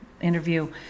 interview